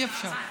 אי-אפשר.